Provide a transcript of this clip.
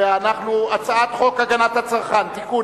הצעת חוק הגנת הצרכן (תיקון,